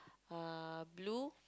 uh blue